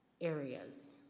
areas